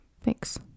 Thanks